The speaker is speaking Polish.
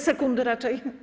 Sekundy raczej.